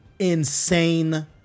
Insane